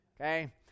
Okay